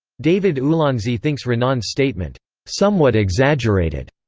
david ulansey thinks renan's statement somewhat exaggerated,